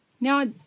Now